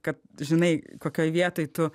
kad žinai kokioj vietoj tu